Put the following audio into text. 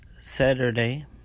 Saturday